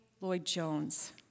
Lloyd-Jones